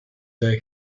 their